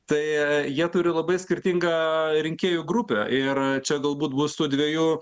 tai jie turi labai skirtingą rinkėjų grupę ir čia galbūt bus tų dvejų